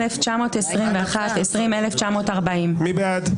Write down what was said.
20,961 עד 20,980. מי בעד?